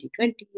2020